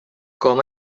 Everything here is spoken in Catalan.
com